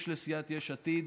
יש לסיעת יש עתיד